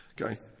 Okay